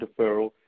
deferral